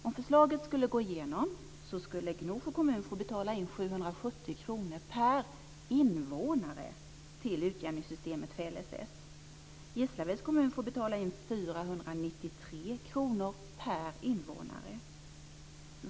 Om förslaget skulle gå igenom skulle Gnosjö kommun få betala in 770 kr per invånare till utjämningssystemet för LSS. Gisslaveds kommun får betala in 493 kr per invånare.